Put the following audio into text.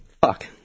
Fuck